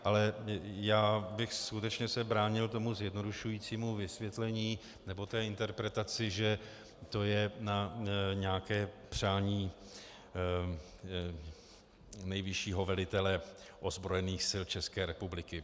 Ale já bych skutečně se bránil tomu zjednodušujícímu vysvětlení nebo té interpretaci, že to je na nějaké přání nejvyššího velitele ozbrojených sil České republiky.